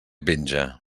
penja